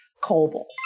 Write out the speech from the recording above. cobalt